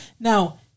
Now